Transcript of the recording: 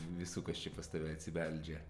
visų kas čia pas tave atsibeldžia